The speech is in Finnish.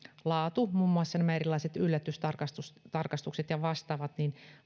laatu muun muassa nämä erilaiset yllätystarkastukset ja vastaavat